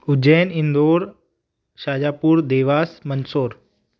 Ujjain Indore Shahjahanpur Dewas Mandsaur